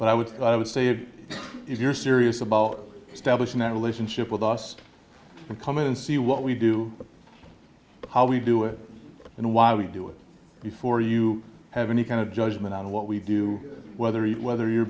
what i would say is if you're serious about establishing a relationship with us and come in and see what we do how we do it and why we do it before you have any kind of judgment on what we do whether it whether you're